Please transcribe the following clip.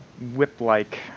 whip-like